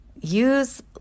use